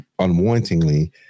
unwantingly